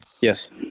yes